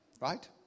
right